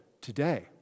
today